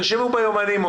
אוצר, תרשמו ביומנים.